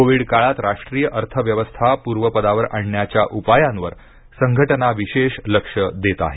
Covid काळात राष्ट्रीय अर्थव्यवस्था पूर्व पदावर आणण्याच्या उपायांवर संघटना विशेष लक्ष देत आहे